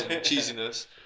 cheesiness